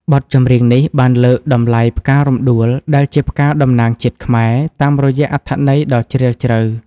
បទចម្រៀងនេះបានលើកតម្លៃផ្ការំដួល ដែលជាផ្កាតំណាងជាតិខ្មែរ តាមរយៈអត្ថន័យដ៏ជ្រាលជ្រៅ។